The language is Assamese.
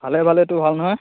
ভালে ভালে তোৰ ভাল নহয়